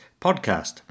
podcast